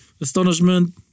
Astonishment